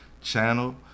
channel